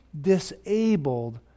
disabled